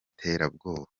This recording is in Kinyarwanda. terabwoba